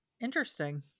interesting